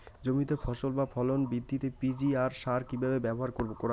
জমিতে ফসল বা ফলন বৃদ্ধিতে পি.জি.আর সার কীভাবে ব্যবহার করা হয়?